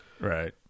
Right